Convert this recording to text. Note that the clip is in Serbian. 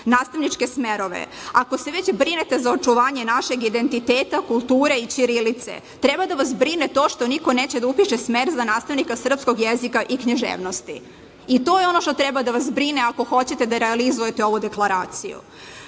nastavničke smerove? Ako se već brinete za očuvanje našeg identiteta, kulture i ćirilice, treba da vas brine to što niko neće da upiše smer za nastavnika srpskog jezika i književnosti, i to je ono što treba da vas brine, ako hoćete da realizujete ovu deklaraciju. Što